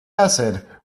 acid